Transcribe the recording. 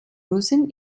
müssen